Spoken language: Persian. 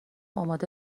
آماده